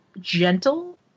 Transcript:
gentle